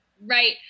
Right